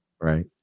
Right